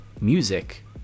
music